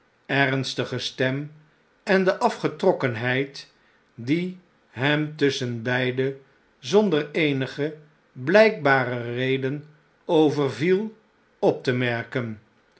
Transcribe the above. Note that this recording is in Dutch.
ernstige stem en de afgetrokkenheid die hem tusschenbeide zonder eenige blijkbare reden overviel op te merken